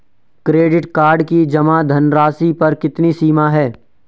Credit card की जमा धनराशि पर कितनी सीमा है?